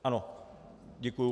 Ano, děkuji.